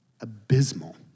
abysmal